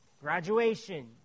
graduation